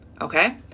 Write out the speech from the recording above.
okay